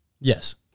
Yes